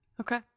okay